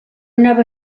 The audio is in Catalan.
anava